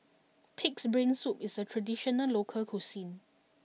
Pig'S Brain Soup is a traditional local cuisine